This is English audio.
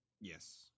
Yes